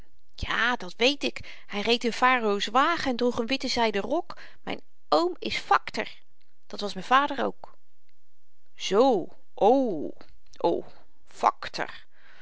ja dat weet ik hy reed in farao's wagen en droeg een witte zyden rok myn oom is fakter dat was m'n vader ook z o o